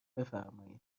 بفرمایید